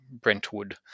Brentwood